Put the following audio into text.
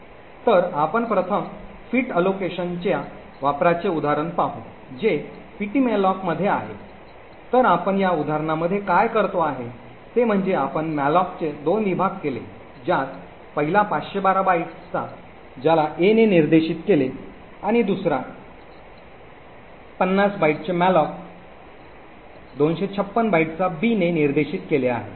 तर आपण प्रथम फिट अलोकेशनच्या वापराचे उदाहरण पाहू जे पीटीमलोक मध्ये आहे तर आपण या उदाहरणामध्ये काय करतो आहे ते म्हणजे आपण मॉलॉक चे 2 विभाग केले ज्यात पहिला 512 बाइट्सचा ज्याला a ने निर्देशित केले आणि दुसरा 256 बाइटचा b ने निर्देशित केले आहे